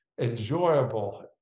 enjoyable